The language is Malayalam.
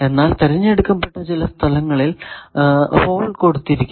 എന്നാൽ തെരഞ്ഞെടുക്കപ്പെട്ട ചില സ്ഥലങ്ങളിൽ ഹോൾ കൊടുത്തിരിക്കുന്നു